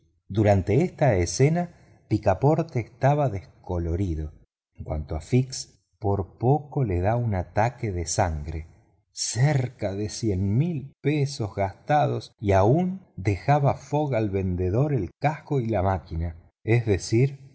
durante esta escena picaporte estaba descolorido en cuanto a fix por poco le da un ataque se sangre cerca de veinte mil libras gastadas y aún dejaba fogg al vendedor el casco y la máquina es decir